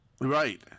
Right